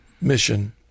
mission